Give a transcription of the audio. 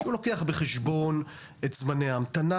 הוא לוקח בחשבון את זמני ההמתנה,